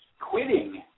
Quitting